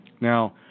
Now